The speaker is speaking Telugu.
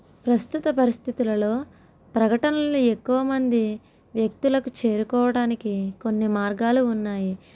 ప్రస్తుత పరిస్థితులలో ప్రకటనలను ఎక్కువ మంది వ్యక్తులకు చేరుకోవడానికి కొన్ని మార్గాలు ఉన్నాయి